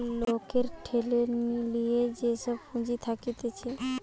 লোকের ঠেলে লিয়ে যে সব পুঁজি থাকতিছে